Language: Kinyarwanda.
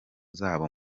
zabo